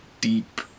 deep